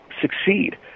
succeed